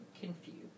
confused